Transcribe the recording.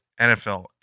NFL